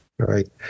right